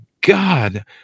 God